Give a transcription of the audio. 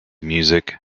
music